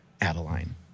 Adeline